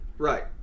Right